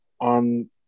on